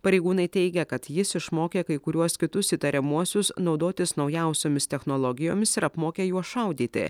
pareigūnai teigia kad jis išmokė kai kuriuos kitus įtariamuosius naudotis naujausiomis technologijomis ir apmokė juos šaudyti